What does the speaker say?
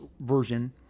version